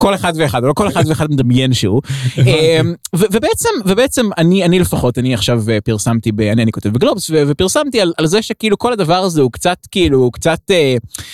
כל אחד ואחד אבל כל אחד ואחד מדמיין שהוא ובעצם ובעצם אני אני לפחות אני עכשיו פרסמתי ב...אני כותב בגלובס ופרסמתי על זה שכאילו כל הדבר הזה הוא קצת כאילו קצת.